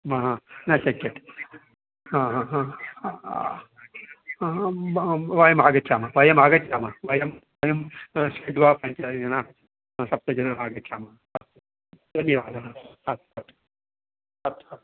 महा न शक्यते हा ह वयमागच्छामः वयमागच्छामः वयं वयं षड्वा पञ्चजनाः सप्तजनाः आगच्छामः अस्तु धन्यवादः अस्तु अस्तु अस्तु अस्तु